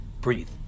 breathe